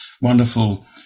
wonderful